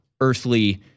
earthly